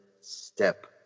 step